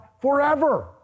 forever